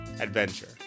adventure